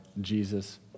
Jesus